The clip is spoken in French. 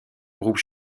groupes